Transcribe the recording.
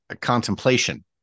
contemplation